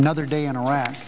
another day in iraq